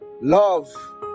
love